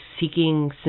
seeking